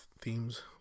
themes